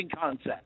concept